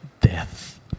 death